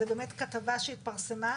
זה באמת כתבה שהתפרסמה,